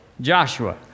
Joshua